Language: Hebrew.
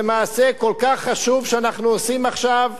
זה מעשה כל כך חשוב שאנחנו עושים עכשיו,